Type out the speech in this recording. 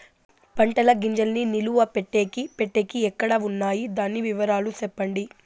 పంటల గింజల్ని నిలువ పెట్టేకి పెట్టేకి ఎక్కడ వున్నాయి? దాని వివరాలు సెప్పండి?